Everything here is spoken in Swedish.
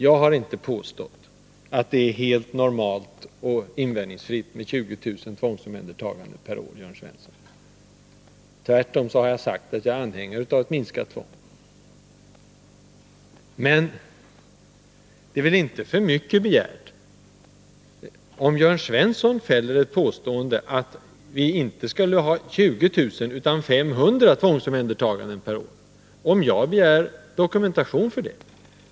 Jag har inte sagt att det är helt normalt och invändningsfritt med 20 000 tvångsomhändertaganden per år, Jörn Svensson! Tvärtom har jag sagt att jag är anhängare av ett minskat tvång. Men när Jörn Svensson uttalar att vi inte borde ha 20 000 utan 500 tvångsomhändertaganden per år, är det väl inte för mycket begärt om jag begär dokumentation av honom för det påståendet?